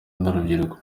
n’urubyiruko